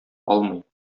алмый